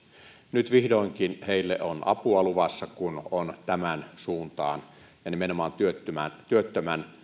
nyt vihdoinkin heille on apua luvassa kun on tähän suuntaan ja nimenomaan työttömän työttömän